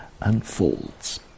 unfolds